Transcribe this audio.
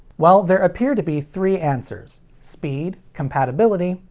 well, there appear to be three answers. speed, compatibility,